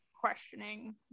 questioning